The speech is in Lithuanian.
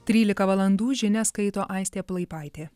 trylika valandų žinias skaito aistė plaipaitė